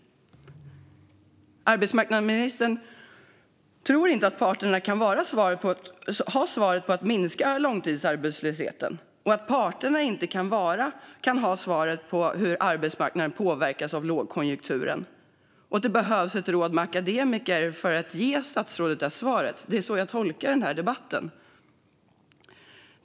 Arbetsmarknadsministern tror inte att parterna har svaret på hur långtidsarbetslösheten ska minskas eller hur arbetsmarknaden påverkas av lågkonjunktur, utan det behövs ett råd med akademiker för att ge statsrådet svar. Det är så jag tolkar denna debatt.